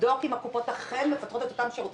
לבדוק אם קופות החולים אכן מבטחות את אותם שירותים